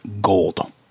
gold